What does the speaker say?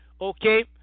okay